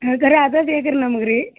ಅದಾ ಬೇಕು ರೀ ನಮ್ಗೆ ರೀ